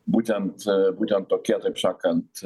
būtent būtent tokie taip sakant